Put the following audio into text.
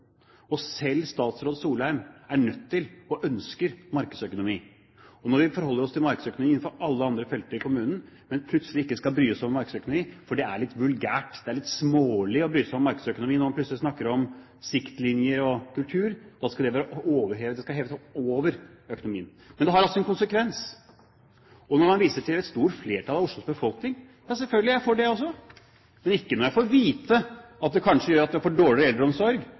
Selv statsråd Solheim er nødt til det, og ønsker markedsøkonomi. Vi forholder oss til markedsøkonomien innenfor alle andre felter i kommunen, men skal plutselig ikke bry oss om markedsøkonomi når vi snakker om siktlinjer og kultur, for det er litt vulgært, litt smålig. Da skal en heve seg over økonomien. Men det har altså en konsekvens. Man viser til et stort flertall av Oslos befolkning – ja, selvfølgelig, jeg er for det, jeg også, men ikke når jeg får vite at det kanskje gjør at vi får dårligere eldreomsorg,